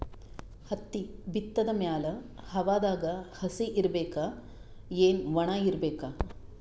ಹತ್ತಿ ಬಿತ್ತದ ಮ್ಯಾಲ ಹವಾದಾಗ ಹಸಿ ಇರಬೇಕಾ, ಏನ್ ಒಣಇರಬೇಕ?